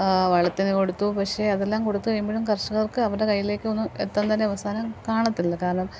വെള്ളത്തിന് കൊടുത്തു പക്ഷെ അതെല്ലാം കൊടുത്തു കഴിയുമ്പോഴും കർഷകർക്ക് അവരുടെ കയ്യിലേക്ക് ഒന്നും എത്തുന്നില്ല അവസാനം കാണത്തില്ല കാരണം